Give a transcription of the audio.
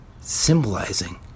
symbolizing